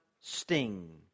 sting